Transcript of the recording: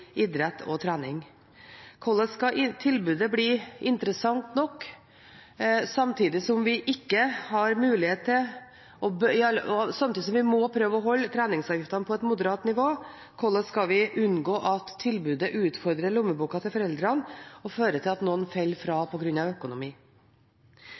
Hvordan skal tilbudet bli interessant nok, samtidig som vi må prøve å holde treningsavgiftene på et moderat nivå? Hvordan skal vi unngå at tilbudet utfordrer lommeboka til foreldrene og fører til at noen faller fra